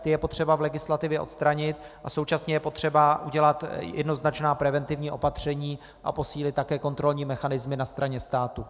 Ty je potřeba v legislativě odstranit a současně je potřeba udělat jednoznačná preventivní opatření a posílit také kontrolní mechanismy na straně státu.